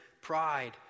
pride